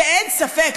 שאין ספק,